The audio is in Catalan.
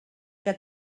que